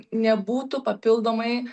nebūtų papildomai